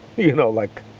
you know like,